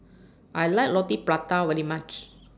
I like Roti Prata very much